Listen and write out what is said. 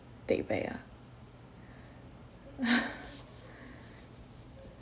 take back ah